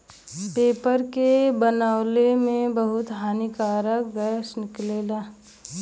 paper के बनावला में बहुते हानिकारक गैस भी निकलेला